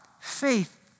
faith